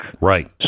Right